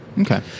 Okay